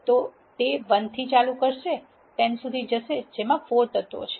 તો તે 1 થી ચાલુ કરશે 10 સુધી જશે જેમાં 4 તત્વો છે